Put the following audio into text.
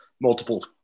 multiple